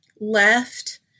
left